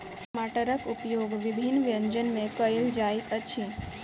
टमाटरक उपयोग विभिन्न व्यंजन मे कयल जाइत अछि